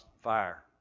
fire